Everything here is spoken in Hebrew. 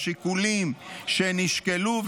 השיקולים שנשקלו,